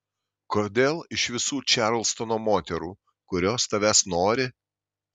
kodėl iš visų čarlstono moterų kurios tavęs nori